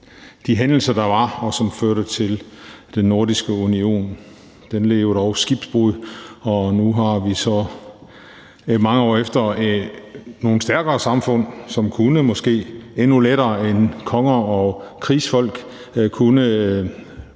de hændelser, der var, og som førte til den nordiske union. Den led dog skibbrud, og nu har vi så mange år efter nogle stærkere samfund, som måske endnu lettere end konger og krigsfolk kunne tømre